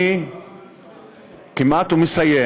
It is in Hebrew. אני כמעט מסיים,